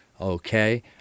Okay